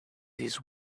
his